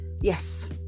yes